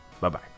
Bye-bye